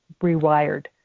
rewired